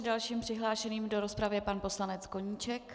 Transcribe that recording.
Dalším přihlášeným do rozpravy je pan poslanec Koníček.